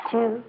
Two